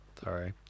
Sorry